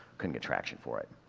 couldn't get traction for it.